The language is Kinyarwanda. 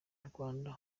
rwanda